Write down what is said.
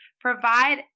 Provide